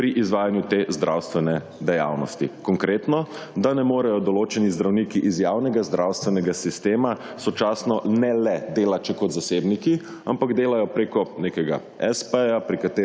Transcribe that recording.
pri izvajanju te zdravstvene dejavnosti. Konkretno, da ne morejo določeni zdravniki iz javnega zdravstvenega sistema sočasno ne le delati še kot zasebniki, ampak delajo preko nekega s.p.,